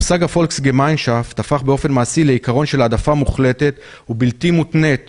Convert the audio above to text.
מושג ה-volksgemeinschaft הפך באופן מעשי לעיקרון של העדפה מוחלטת ובלתי-מותנית